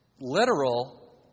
literal